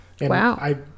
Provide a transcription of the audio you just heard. Wow